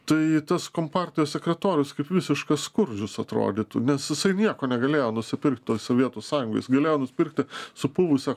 tai tas kompartijos sekretorius kaip visiškas skurdžius atrodytų nes jisai nieko negalėjo nusipirkt toj sovietų sąjungoj jis galėjo nusipirkti supuvusią